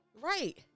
Right